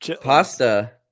Pasta